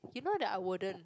you know that I wouldn't